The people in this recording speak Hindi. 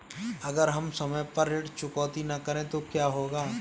अगर हम समय पर ऋण चुकौती न करें तो क्या होगा?